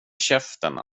käften